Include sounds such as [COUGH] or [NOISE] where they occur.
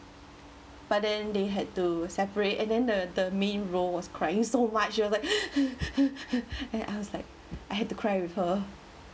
but then they had to separate and then the the main role was crying so what she was like [BREATH] and I was like I had to cry with her